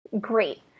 great